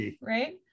right